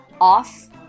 Off